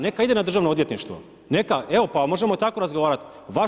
Neka, ide na državno odvjetništvo, neka, evo, pa možemo i tako razgovarati.